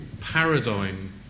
paradigm